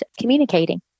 communicating